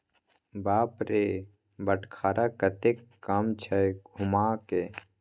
बाप रे बटखरा कतेक कम छै धुम्माके